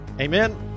Amen